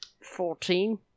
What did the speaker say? fourteen